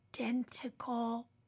identical